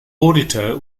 auditor